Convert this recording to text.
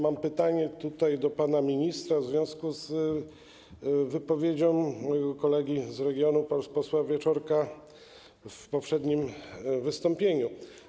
Mam pytanie do pana ministra w związku z wypowiedzią mojego kolegi z regionu, posła Wieczorka, w poprzednim wystąpieniu.